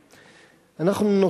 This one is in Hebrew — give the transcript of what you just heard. בבקשה,